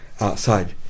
outside